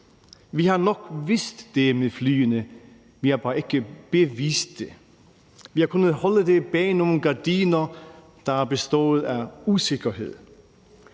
Vi har nok vidst det med flyene, vi har bare ikke bevist det. Vi har kunnet holde det bag nogle gardiner, der bestod af usikkerhed.